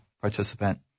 participant